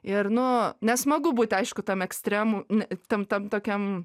ir nu nesmagu būti aišku tam ekstremų įtemptam tokiam